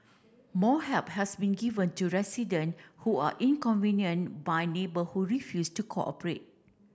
more help has been given to resident who are inconvenient by neighbour who refuse to cooperate